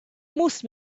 most